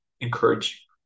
encourage